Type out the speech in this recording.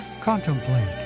Contemplate